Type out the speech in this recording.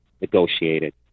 negotiated